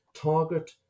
Target